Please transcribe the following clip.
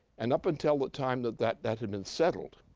and up until the time that that that had been settled,